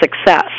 success